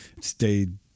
stayed